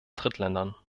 drittländern